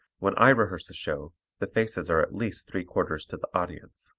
when i rehearse a show the faces are at least three-quarters to the audience,